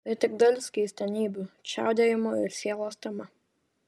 tai tik dalis keistenybių čiaudėjimo ir sielos tema